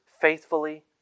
faithfully